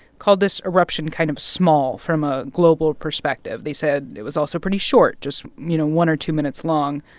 called this eruption kind of small from a global perspective. they said it was also pretty short just you know one or two minutes long.